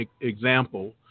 example